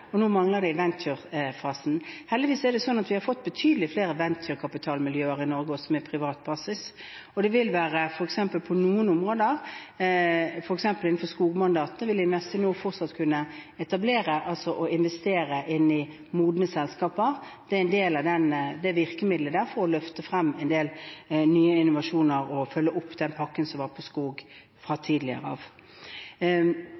og nå mangler vi venturefasen. Heldigvis har vi fått betydelig flere venturekapitalmiljøer også med privat basis i Norge. På noen områder, f.eks. innenfor skogmandatet, vil Investinor fortsatt kunne investere i modne selskaper. Det er en del av virkemidlet for å løfte frem en del nye innovasjoner og følge opp den pakken som var på skog fra